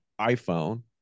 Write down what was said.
iPhone